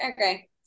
okay